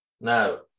Now